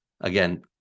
again